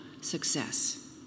success